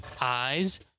eyes